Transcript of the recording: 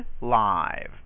live